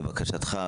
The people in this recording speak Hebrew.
לבקשתך,